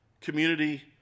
community